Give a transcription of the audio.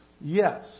Yes